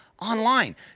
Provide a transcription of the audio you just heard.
online